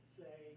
say